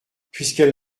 puisqu’elle